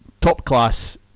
top-class